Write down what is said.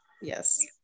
yes